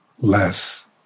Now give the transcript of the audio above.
less